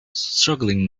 struggling